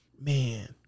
man